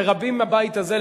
ורבים מהבית הזה,